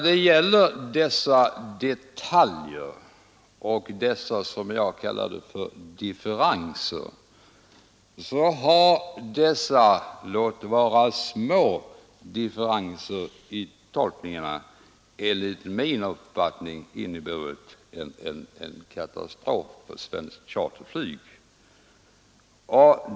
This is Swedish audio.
De differenser i tolkningarna som jag talade om har — låt vara att de är små — enligt min uppfattning inneburit en katastrof för svenskt charterflyg.